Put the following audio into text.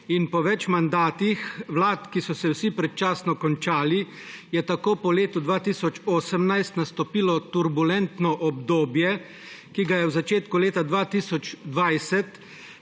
in po več mandatih vlad, ki so se vsi predčasno končali je tako po letu 2018 nastopilo turbulentno obdobje, ki ga je v začetku leta 2020